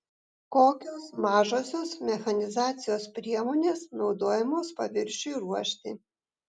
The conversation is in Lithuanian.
kokios mažosios mechanizacijos priemonės naudojamos paviršiui ruošti